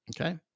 Okay